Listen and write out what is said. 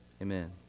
Amen